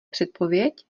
předpověď